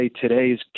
Today's